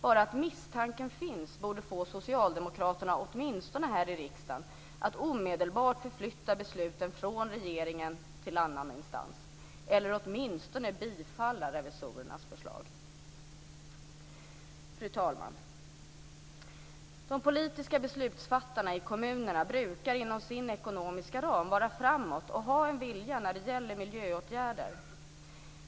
Bara att misstanken finns borde få socialdemokraterna, åtminstone här i riksdagen, att omedelbart förflytta besluten från regeringen till annan instans eller åtminstone att bifalla revisorernas förslag. Fru talman! De politiska beslutsfattarna i kommunerna brukar inom sin ekonomiska ram vara framåt och ha en vilja när det gäller miljöåtgärder.